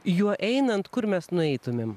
juo einant kur mes nueitumėm